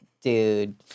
dude